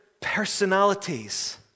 personalities